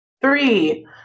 Three